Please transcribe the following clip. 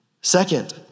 Second